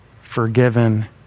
forgiven